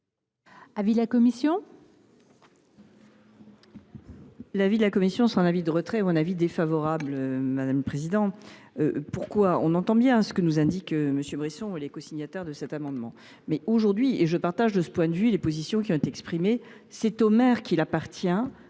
l’avis de la commission ?